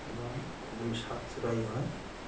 এবং খুবই সাশ্রয় হয়